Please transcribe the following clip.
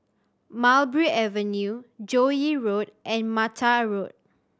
Mulberry Avenue Joo Yee Road and Mattar Road